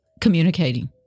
communicating